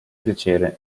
piacere